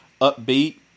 upbeat